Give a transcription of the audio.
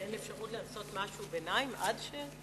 אין אפשרות לעשות משהו ביניים, עד,